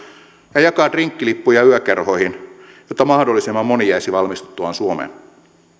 ja jakaa drinkkilippuja yökerhoihin jotta mahdollisimman moni jäisi valmistuttuaan suomeen